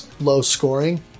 low-scoring